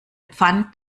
pfand